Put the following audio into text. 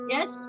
Yes